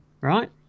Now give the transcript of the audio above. right